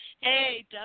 Hey